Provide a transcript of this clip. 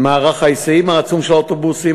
מערך ההיסעים העצום של האוטובוסים,